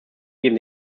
geben